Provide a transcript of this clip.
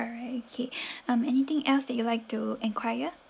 alright okay um anything else that you'd like to enquire